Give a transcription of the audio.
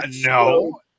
no